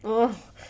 ugh